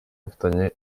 afitanye